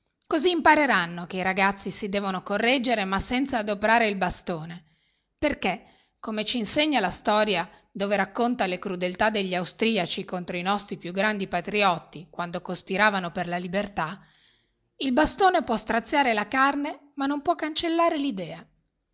così impareranno che i ragazzi si devono correggere ma senza adoprare il bastone perché come ci insegna la storia dove racconta le crudeltà degli austriaci contro i nostri più grandi patriotti quando cospiravano per la libertà il bastone può straziare la carne ma non può cancellare